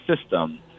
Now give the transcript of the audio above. system